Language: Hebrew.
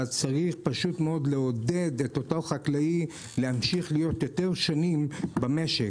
ואז צריך לעודד את אותו חקלאי להמשיך להיות יותר שנים במשק.